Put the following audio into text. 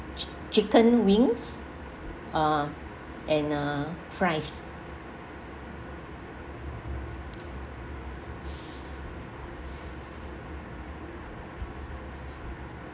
chick~ chicken wings uh and uh fries